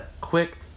quick